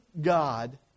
God